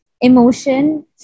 emotion